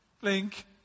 blink